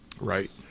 Right